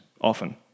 often